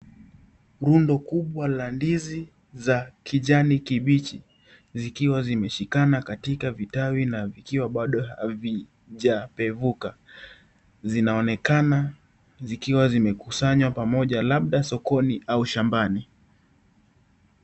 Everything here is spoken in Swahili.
Rundo kubwa la ndizi za kijani kibichi zikiwa zimeshikana katika vitawi na vikiwa Bado havijapevuka zinaonekana zikiwa zimekusanywa pamoja labda sokoni au shambani.